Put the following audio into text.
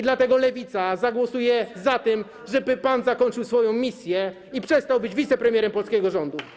Dlatego Lewica zagłosuje za tym, żeby pan zakończył swoją misję i przestał być wicepremierem polskiego rządu.